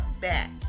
back